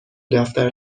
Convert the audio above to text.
دفتر